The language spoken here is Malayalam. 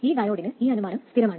ഈ ഡയോഡിന് ഈ അനുമാനം സ്ഥിരമാണ്